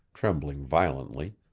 trembling violently.